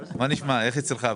אני הייתי באופוזיציה,